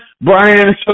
Brian